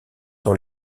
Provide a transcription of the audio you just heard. dans